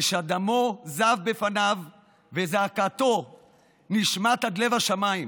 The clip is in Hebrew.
דמו זב מפניו וזעקתו נשמעת עד לב השמיים.